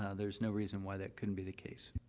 um there's no reason why that couldn't be the case.